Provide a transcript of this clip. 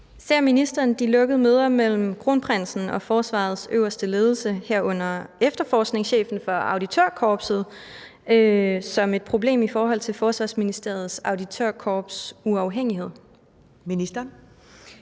Ser ministeren de lukkede møder mellem kronprinsessen og Forsvarets øverste ledelse, herunder efterforskningschefen for auditørkorpset, som et problem i forhold til Forsvarsministeriets Auditørkorps’ uafhængighed? Skriftlig